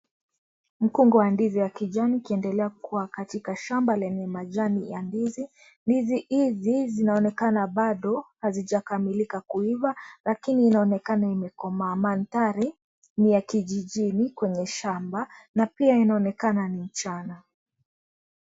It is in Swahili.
Mkunga wa ndizi wa kijani ukiendelea kua katika shamba lenye majani ya ndizi. Ndizi hizi, zinaonekana bado hazijakamilika kuiva, lakini inaonekana imekomaa, mandhari ni ya kijijini, kwenye shamba, na pia inaonekana ni mchana.